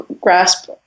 grasp